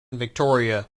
victoria